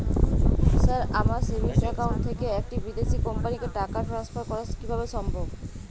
Sir আমার savings account থেকে একটি বিদেশি কোম্পানিকে টাকা ট্রান্সফার করা কীভাবে সম্ভব?